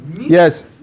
Yes